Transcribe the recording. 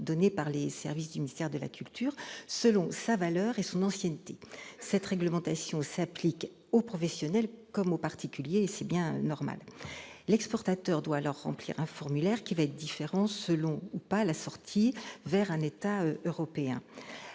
des services du ministère de la culture, selon sa valeur et son ancienneté. Cette réglementation s'applique aux professionnels comme aux particuliers, et c'est bien normal. L'exportateur doit alors remplir un formulaire, qui diffère suivant que le pays de destination